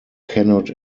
cannot